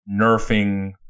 nerfing